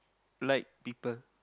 like people